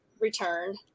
return